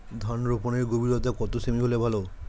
ধান রোপনের গভীরতা কত সেমি হলে ভালো?